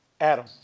Adam